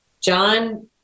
John